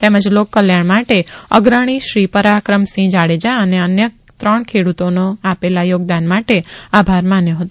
તેમજ લોકકલ્યાણ માટે અગ્રણી શ્રી પરાક્રમસિંહ જાડેજા અને અન્ય ત્રણ ખેડૂતોનો આપેલા યોગદાન માટે આભાર માન્યો હતો